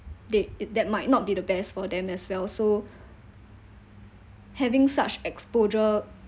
they that might not be the best for them as well so having such exposure